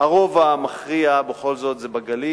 מחוז מרכז, אבל הרוב המכריע בכל זאת בגליל.